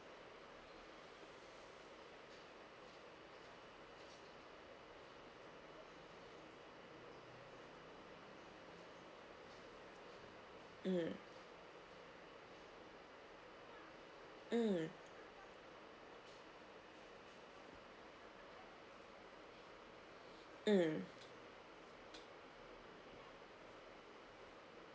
mm mm mm